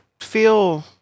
feel